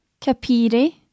Capire